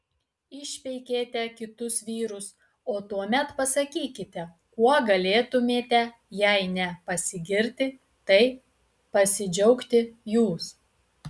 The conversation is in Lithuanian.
išpeikėte kitus vyrus o tuomet pasakykite kuo galėtumėte jei ne pasigirti tai pasidžiaugti jūs